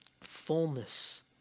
fullness